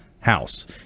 house